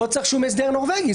לא צריך שום הסדר נורבגי.